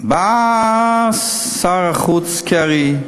בא שר החוץ קרי,